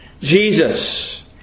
Jesus